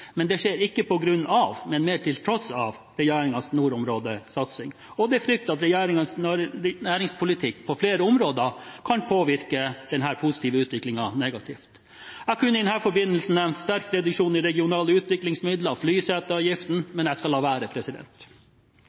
men det skjer ikke på grunn av – mer til tross for – regjeringens nordområdesatsing. Det er frykt for at regjeringens næringspolitikk på flere områder kan påvirke denne positive utviklingen negativt. Jeg kunne i denne forbindelse nevnt sterk reduksjon i regionale utviklingsmidler og flyseteavgiften, men jeg skal la være.